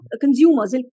consumers